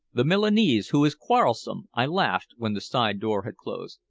the milanese who is quarrelsome? i laughed, when the side door had closed.